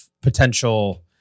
potential